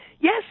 yes